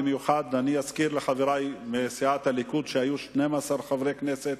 במיוחד אני אזכיר לחברי מסיעת הליכוד שהיו 12 חברי כנסת,